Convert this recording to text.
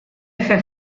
efe